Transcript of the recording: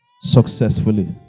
Successfully